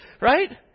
Right